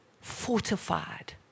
fortified